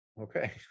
Okay